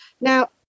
Now